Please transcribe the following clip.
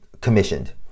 commissioned